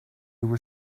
were